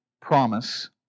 promise